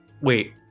Wait